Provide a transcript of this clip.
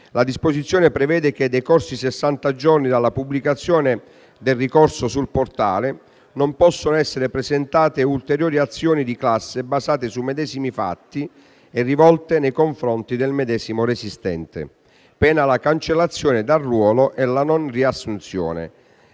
La disposizione prevede che, decorsi sessanta giorni dalla pubblicazione del ricorso sul portale, non possano essere presentate ulteriori azioni di classe basate sui medesimi fatti e rivolte nei confronti del medesimo resistente, pena la cancellazione dal ruolo e la non riassunzione.